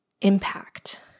impact